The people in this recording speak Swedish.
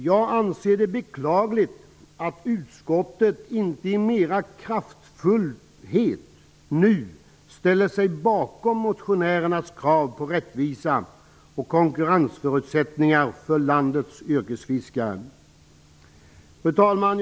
Jag anser det beklagligt att utskottet inte mera kraftfullt ställer sig bakom motionärernas krav på rättvisa konkurrensförutsättningar för landets yrkesfiskare. Fru talman!